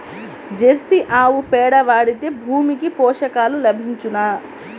Jersey ఆవు పేడ వాడితే భూమికి పోషకాలు లభించునా?